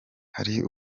hari